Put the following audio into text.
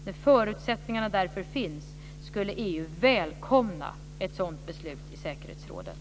När förutsättningarna därför finns skulle EU välkomna ett beslut i säkerhetsrådet.